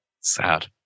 sad